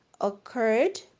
occurred